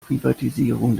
privatisierung